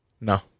No